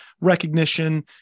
recognition